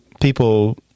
people